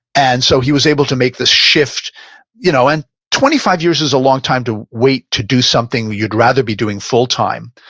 and so he was able to make this shift you know and twenty five years is a long time to wait to do something that you'd rather be doing full time,